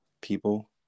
people